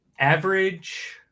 Average